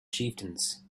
chieftains